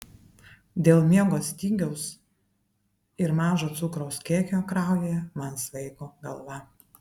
dėl miego stygiaus ir mažo cukraus kiekio kraujyje man svaigo galva